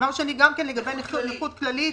דבר שני, גם לגבי נכות כללית,